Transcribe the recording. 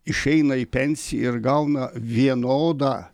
išeina į pensiją ir gauna vienodą